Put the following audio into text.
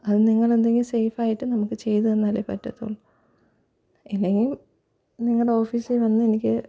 അതു നിങ്ങൾ എന്തെങ്കിലും സേഫായിട്ട് നമുക്ക് ചെയ്തു തന്നാലേ പറ്റത്തുള്ളൂ ഇല്ലെങ്കിൽ നിങ്ങളുടെ ഓഫീസിൽ വന്ന് എനിക്ക്